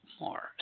more